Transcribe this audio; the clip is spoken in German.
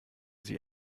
sie